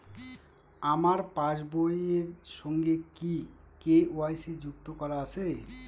আমার পাসবই এর সঙ্গে কি কে.ওয়াই.সি যুক্ত করা আছে?